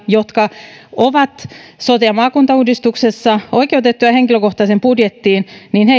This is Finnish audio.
jotka ovat sote ja maakuntauudistuksessa oikeutettuja henkilökohtaiseen budjettiin